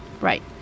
Right